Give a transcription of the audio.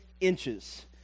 inches